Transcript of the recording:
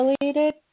related